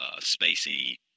spacey